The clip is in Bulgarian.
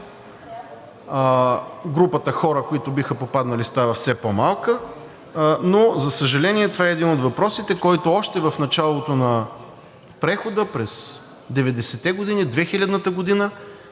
групата хора, които биха попаднали, става все по-малка. Но за съжаление, това е един от въпросите, който още в началото на прехода през 90-те години – 2000-та година,